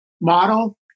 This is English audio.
model